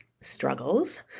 struggles